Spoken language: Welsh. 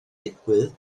digwydd